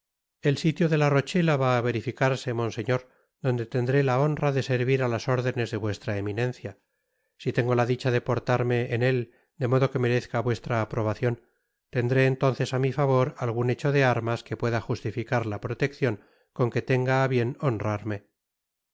el sitio de la rochela va á verificarse monseñor donde tendré la honra de servir á las órdenes de vuestra eminencia si tengo la dicha de portarme en él de modo que merezca vuestra aprobacion tendré entonces á mi favor algnn hecho de armas que pueda justificar la proteccion con que tenga á bien honrarme